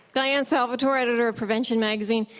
diane salvatore, editor of prevention magazine.